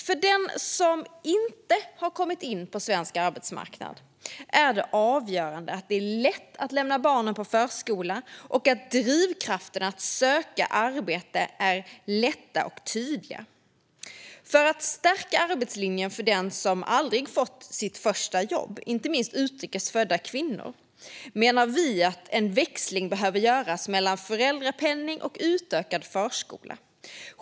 För den som inte har kommit in på svensk arbetsmarknad är det avgörande att det är lätt att lämna barnen på förskola och att drivkrafterna att söka arbete är starka och tydliga. För att stärka arbetslinjen för den som aldrig har fått sitt första jobb, inte minst utrikes födda kvinnor, menar vi att en växling behöver göras mellan föräldrapenning och utökad förskola.